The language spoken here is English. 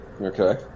Okay